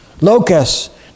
locusts